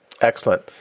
Excellent